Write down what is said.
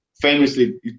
Famously